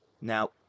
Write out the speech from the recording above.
Now